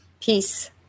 Peace